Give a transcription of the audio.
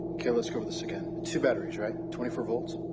okay, let's go over this again. two batteries, right? twenty four volts?